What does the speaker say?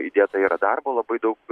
įdėta yra darbo labai daug